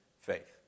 faith